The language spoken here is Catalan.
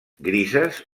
grises